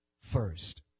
First